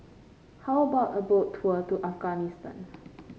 how about a Boat Tour to Afghanistan